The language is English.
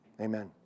Amen